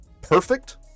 perfect